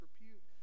repute